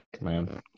man